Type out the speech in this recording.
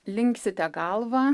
linksite galvą